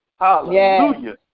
Hallelujah